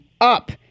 up